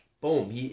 boom